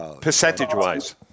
percentage-wise